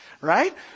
right